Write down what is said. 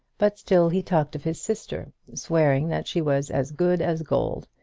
but still he talked of his sister, swearing that she was as good as gold,